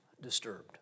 disturbed